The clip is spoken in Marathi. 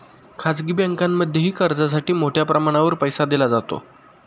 खाजगी बँकांमध्येही कर्जासाठी मोठ्या प्रमाणावर पैसा दिला जातो